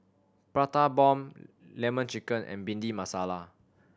Prata Bomb Lemon Chicken and Bhindi Masala